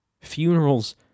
Funerals